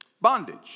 Bondage